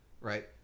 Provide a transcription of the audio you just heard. right